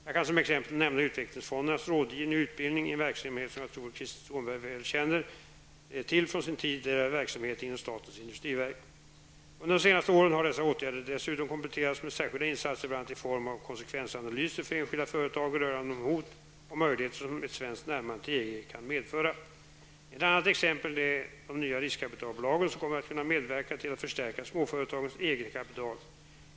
Jag kan som exempel nämna utvecklingsfondernas rådgivning och utbildning, en verksamhet som jag tror att Krister Skånberg känner väl till från sin tidigare verksamhet inom statens industriverk. Under de senaste åren har dessa åtgärder dessutom kompletterats med särskilda insatser, bl.a. i form av konsekvensanalyser för enskilda företag rörande de hot och möjligheter som ett svenskt närmande till EG kan medföra. Ett annat exempel är de nya riskkapitalbolagen, som kommer att kunna medverka till att förstärka småföretagens egetkapital.